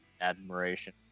admiration